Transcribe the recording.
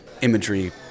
imagery